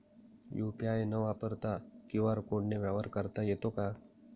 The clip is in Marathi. यू.पी.आय न वापरता क्यू.आर कोडने व्यवहार करता येतो का?